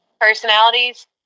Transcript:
personalities